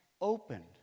opened